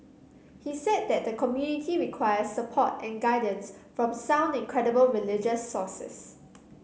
he said that the community requires support and guidance from sound and credible religious sources